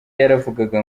yaravugaga